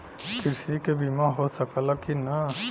कृषि के बिमा हो सकला की ना?